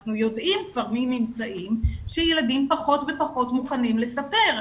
אנחנו יודעים כבר מממצאים שילדים פחות ופחות מוכנים לספר,